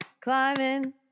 climbing